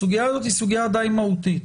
הסוגיה הזאת היא סוגיה די מהותית,